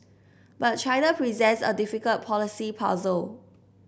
but China presents a difficult policy puzzle